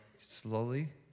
slowly